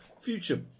Future